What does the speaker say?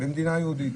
במדינה יהודית,